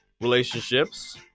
relationships